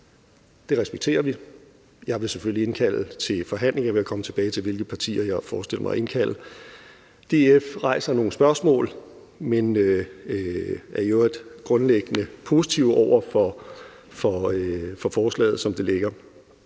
Det respekterer vi. Jeg vil selvfølgelig indkalde til forhandlinger, og jeg vil komme tilbage til, hvilke partier jeg har forestillet mig at indkalde. DF rejser nogle spørgsmål, men er i øvrigt grundliggende positive over for forslaget, som det ligger.